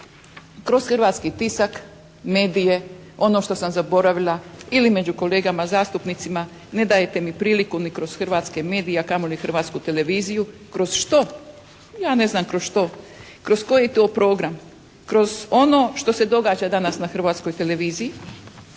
kroz hrvatski tisak, medije. Ono što sam zaboravila ili među kolegama zastupnicima. Ne dajete mi prilike ni kroz hrvatske medije a kamoli Hrvatsku televiziju. Kroz što? Ja ne znam kroz što? Kroz koji to program? Kroz ono što se događa danas na Hrvatskoj televiziji,